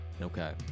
Okay